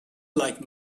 like